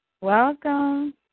Welcome